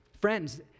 Friends